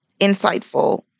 insightful